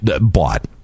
bought